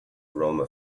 aroma